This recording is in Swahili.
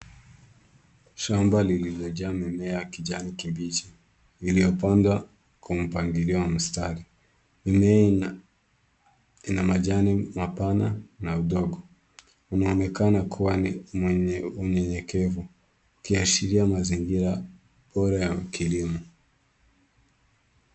Shamba hili limejaa mimea ya kijani kibichi, iliyopandwa kwa mpangilio wa mstari. Mimea ina majani mapana na madogo, inaonekana kuwa ni yenye unyenyekevu, kuashiria mazingira bora ya kilimo.